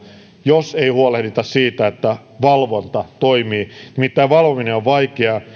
jos ei huolehdita siitä että valvonta toimii nimittäin valvominen on vaikeaa